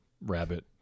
rabbit